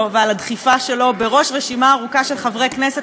ועל הדחיפה שלו בראש רשימה ארוכה של חברי כנסת,